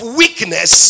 weakness